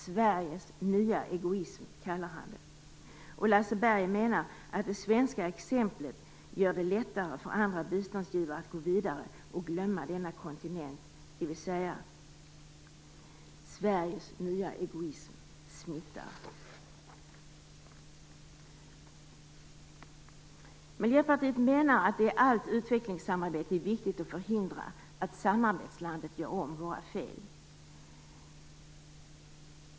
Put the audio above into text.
Sveriges nya egoism kallar han det. Och Lasse Berg menar att det svenska exemplet gör det lättare för andra biståndsgivare att gå vidare och glömma denna kontinent, dvs. Sveriges nya egoism smittar. Miljöpartiet menar att det i allt utvecklingssamarbete är viktigt att förhindra att samarbetslandet gör om våra fel.